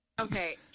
Okay